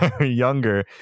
younger